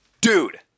Dude